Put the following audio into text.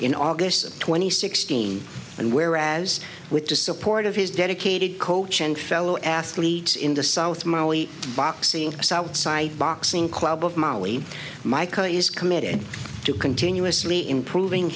in august twenty sixth and whereas with the support of his dedicated coach and fellow athletes in the south mali boxing south side boxing club of mali michael is committed to continuously improving